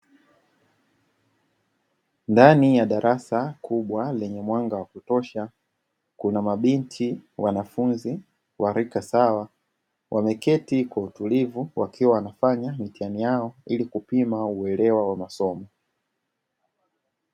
Ndani ya darasa kubwa lenye mwanga wa kutosha, kuna mabinti wanafunzi wa rika sawa, wameketi kwa utulivu wakiwa wanafanya mitihani yao ili kupima uelewa wa masomo.